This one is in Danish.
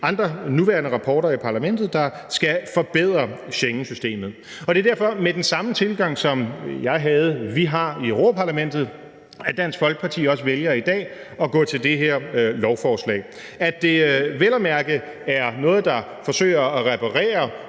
andre nuværende rapporter i Parlamentet, der skal forbedre Schengensystemet. Det er derfor med den samme tilgang, som jeg havde og vi har i Europa-Parlamentet, at Dansk Folkeparti også vælger i dag at gå til det her lovforslag: at det vel at mærke er noget, der forsøger at reparere